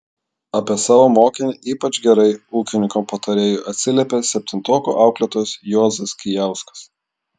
apie savo mokinę ypač gerai ūkininko patarėjui atsiliepė septintokų auklėtojas juozas kijauskas